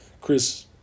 Chris